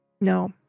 No